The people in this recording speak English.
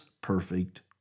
perfect